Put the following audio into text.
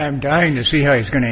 i'm going to see how it's going to